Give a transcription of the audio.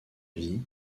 vie